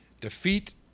Defeat